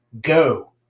go